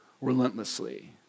relentlessly